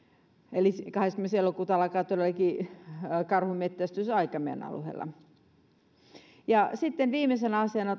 eli kahdeskymmenes elokuuta alkaa todellakin karhunmetsästysaika meidän alueellamme sitten viimeisenä asiana